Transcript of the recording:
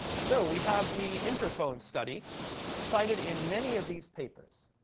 so we have the interphone study cited in many of these papers.